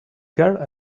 girl